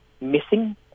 missing